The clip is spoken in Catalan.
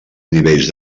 nivells